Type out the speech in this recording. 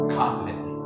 confidently